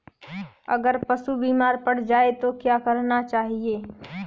अगर पशु बीमार पड़ जाय तो क्या करना चाहिए?